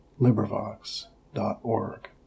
LibriVox.org